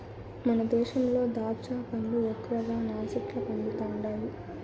మన దేశంలో దాచ్చా పండ్లు ఎక్కువగా నాసిక్ల పండుతండాయి